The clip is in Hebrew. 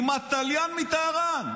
עם התליין מטהרן.